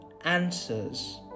answers